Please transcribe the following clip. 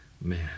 man